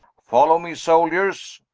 follow me souldiers,